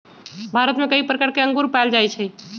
भारत में कई प्रकार के अंगूर पाएल जाई छई